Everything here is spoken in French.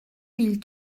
mille